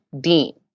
Dean